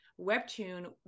webtoon